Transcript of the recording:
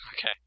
Okay